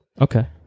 Okay